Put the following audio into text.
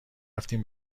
رفتیم